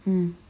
mm